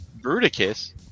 Bruticus